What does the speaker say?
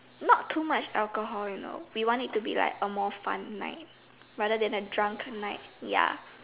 not too much alcohol you know we want it to be a more fun night rather than a drunk night ya